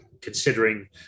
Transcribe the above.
considering